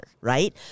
right